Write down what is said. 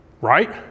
Right